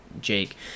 jake